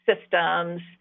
systems